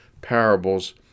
parables